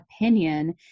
opinion